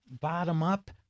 bottom-up